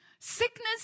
Sickness